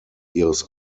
ihres